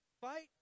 Fight